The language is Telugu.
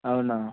అవునా